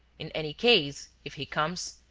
in any case, if he comes,